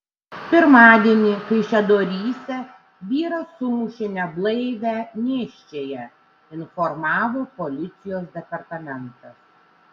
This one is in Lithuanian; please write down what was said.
pirmadienį kaišiadoryse vyras sumušė neblaivią nėščiąją informavo policijos departamentas